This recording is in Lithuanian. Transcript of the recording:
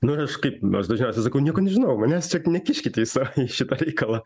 nu ir aš kaip aš dažniausiai sakau nieko nežinau manęs čia nekiškite į sa į šitą reikalą